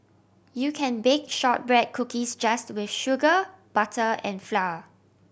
you can bake shortbread cookies just with sugar butter and flour